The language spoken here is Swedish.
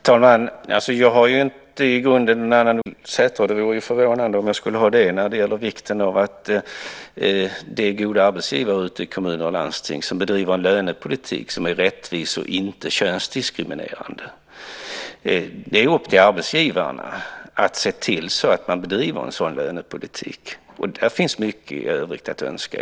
Herr talman! Jag har i grunden inte någon annan uppfattning än Karin Pilsäter. Det vore förvånande om jag skulle ha det när det gäller vikten av att det finns goda arbetsgivare i kommuner och landsting som bedriver en rättvis och inte könsdiskriminerande lönepolitik. Det är upp till arbetsgivarna att se till att de bedriver en sådan lönepolitik, och där finns i dag mycket övrigt att önska.